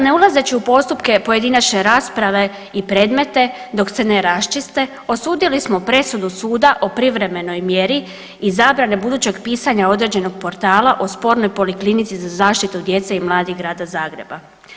Ne ulazeći u postupke pojedinačne rasprave i predmete dok se ne raščiste, osudili smo presudu suda o privremenoj mjeri i zabrane budućeg pisanja određenog portala o spornoj Poliklinici za zaštitu djece i mladih Grada Zagreba.